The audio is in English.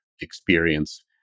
experience